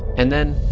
and then,